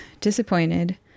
disappointed